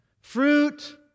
fruit